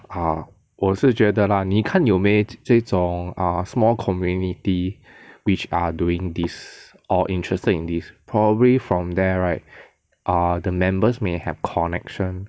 ah 我是觉得 lah 你看有没这种 err small community which are doing this or interested in this probably from there right err the members may have connection